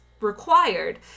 required